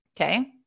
Okay